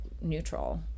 neutral